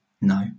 no